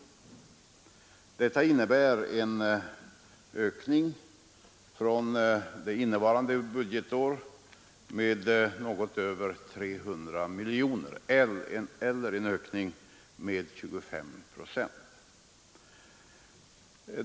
Detta innebär en ökning från innevarande budgetår med något över 300 miljoner kronor, eller med 25 procent.